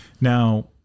Now